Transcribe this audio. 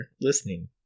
listening